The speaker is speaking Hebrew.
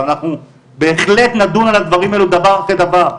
ואנחנו בהחלט נדון על הדברים האלה דבר אחרי דבר,